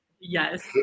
Yes